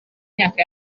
myaka